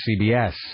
CBS